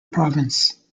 province